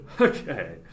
Okay